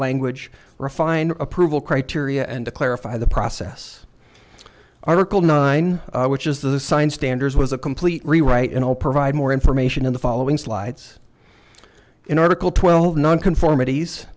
language refined approval criteria and to clarify the process article nine which is the science standards was a complete rewrite in all provide more information in the following slides in article twelve nonconformi